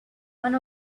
one